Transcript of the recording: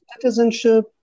citizenship